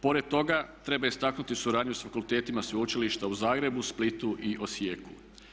Pored toga treba istaknuti suradnju s fakultetima Sveučilišta u Zagrebu, Splitu i Osijeku.